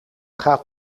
gaat